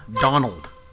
Donald